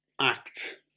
act